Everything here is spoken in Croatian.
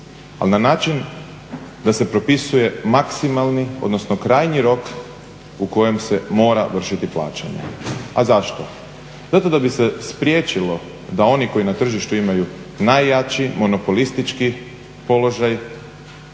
ali na način da se propisuje maksimalni odnosno krajnji rok u kojem se mora vršiti plaćanje. A zašto? Zato da bi se spriječilo da oni koji na tržištu imaju najjači, monopolistički položaj